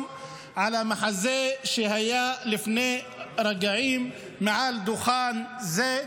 על המחזה שהיה לפני רגעים מעל דוכן זה,